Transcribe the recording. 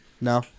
No